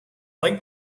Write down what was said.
like